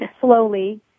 slowly